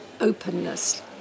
openness